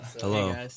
Hello